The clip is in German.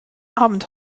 abend